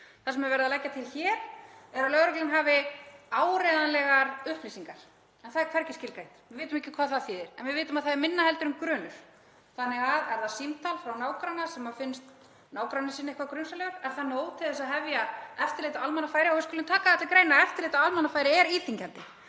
Það sem er verið að leggja til hér er að lögreglan hafi áreiðanlegar upplýsingar, en það er hvergi skilgreint og við vitum ekki hvað það þýðir. Við vitum að það er minna en grunur. Er það símtal frá nágranna sem finnst nágranni sinn eitthvað grunsamlegur? Er það nóg til þess að hefja eftirlit á almannafæri? Og við skulum taka það til greina að eftirlit á almannafæri er íþyngjandi.